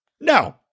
No